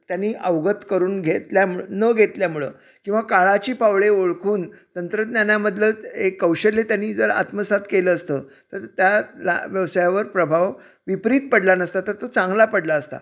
त्यांनी अवगत करून घेतल्या न घेतल्यामुळं किंवा काळाची पावले ओळखून तंत्रज्ञानामधलं एक कौशल्य त्यांनी जर आत्मसात केलं असतं तर त्याला व्यवसायावर प्रभाव विपरीत पडला नसता तर तो चांगला पडला असता